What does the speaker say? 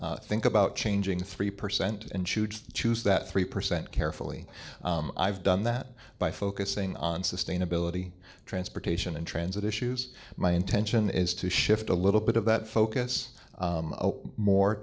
think about changing three percent and shoot choose that three percent carefully i've done that by focusing on sustainability transportation and transit issues my intention is to shift a little bit of that focus more